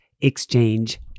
exchange